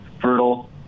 fertile